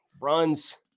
Runs